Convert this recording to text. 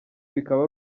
bikaba